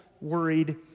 worried